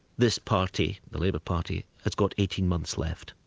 this party, the labour party, has got eighteen months left.